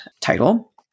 title